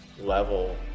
level